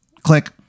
Click